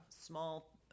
small